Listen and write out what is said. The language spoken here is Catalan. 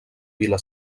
vila